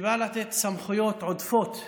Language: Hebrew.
שבא לתת סמכויות עודפות ומיותרות,